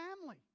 family